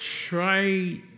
try